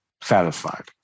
satisfied